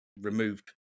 removed